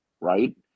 right